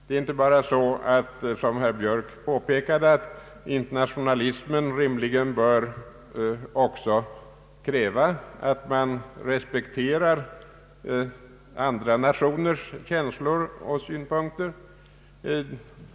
Det är inte bara så, som herr Björk påpekade, att internationalismen rimligen också bör kräva att man respekterar andra nationers känslor och synpunkter.